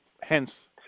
hence